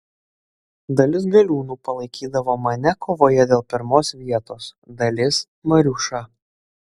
dalis galiūnų palaikydavo mane kovoje dėl pirmos vietos dalis mariušą